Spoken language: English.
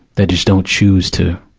that just don't choose to,